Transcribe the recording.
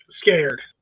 scared